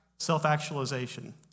Self-actualization